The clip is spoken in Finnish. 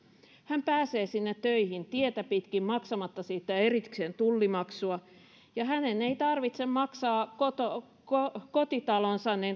hän pääsee sinne töihin tietä pitkin maksamatta siitä erikseen tullimaksua eikä hänen tarvitse maksaa kotitalonsa